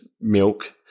milk